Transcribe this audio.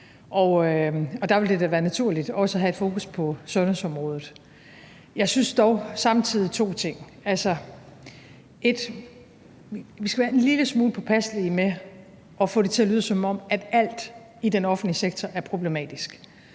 Og der vil det da være naturligt også at have fokus på sundhedsområdet. Jeg synes dog samtidig to ting. Altså, vil skal, som nummer et, være en lille smule påpasselige med at få det til at lyde, som om alt i den offentlige sektor er problematisk.